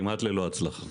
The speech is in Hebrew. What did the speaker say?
כמעט ללא הצלחה.